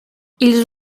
ils